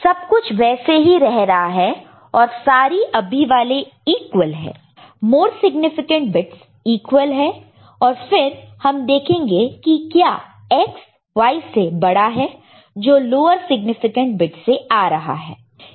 सब कुछ वैसे ही रह रहा है और सारी अभी वाले इक्वल है मोर सिग्निफिकेंट बिट्स इक्वल है फिर हम देखेंगे की क्या X Y से बड़ा है जो लोअर सिग्निफिकेंट बिट से आ रहा है